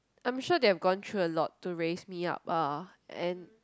I'm sure they have gone through a lot to raise me up ah and